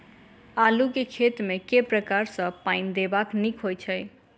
आलु केँ खेत मे केँ प्रकार सँ पानि देबाक नीक होइ छै?